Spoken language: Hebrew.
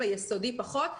ביסודי פחות,